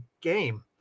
game